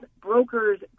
brokers